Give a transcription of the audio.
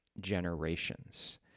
generations